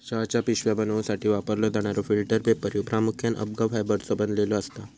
चहाच्या पिशव्या बनवूसाठी वापरलो जाणारो फिल्टर पेपर ह्यो प्रामुख्याने अबका फायबरचो बनलेलो असता